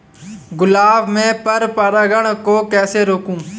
गुलाब में पर परागन को कैसे रोकुं?